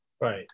Right